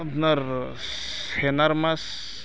আপোনাৰ মাছ